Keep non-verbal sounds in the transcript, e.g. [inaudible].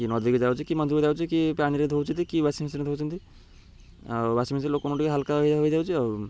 କି ନଦୀ ଯାଉଛି କି [unintelligible] ଯାଉ କି ପାଣିରେ ଧୋଉଛନ୍ତି କି ୱାସିଂମେସିନ୍ରେ ଧୋଉଛନ୍ତି ଆଉ ୱାସିଂ ମେସିନ୍ ଲୋକଙ୍କୁ ଟିକେ ହାଲକା ହେଇଯାଉଛି ଆଉ